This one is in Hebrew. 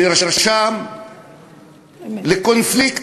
מרשם לקונפליקט.